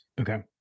Okay